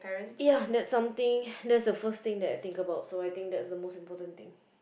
ya that's something that's the first thing that I think about so I think that's the most important thing